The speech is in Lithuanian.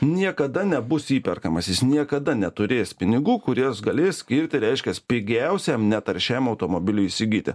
niekada nebus įperkamas jis niekada neturės pinigų kuriuos galės skirti reiškias pigiausiam netaršiam automobiliui įsigyti